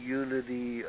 unity